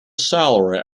salary